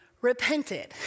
repented